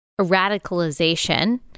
radicalization